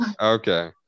okay